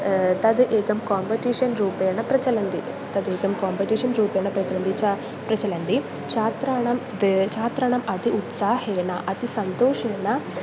तत् एकं काम्पिटिशन् रूपेण प्रचलन्ति तदेकं काम्पिटेशन् रूपेण प्रचलन्ति च प्रचलन्ति छात्राणां दे छात्राणाम् अति उत्साहेन अति सन्तोषेण